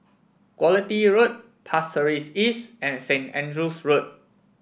Quality Road Pasir Ris East and Saint Andrew's Road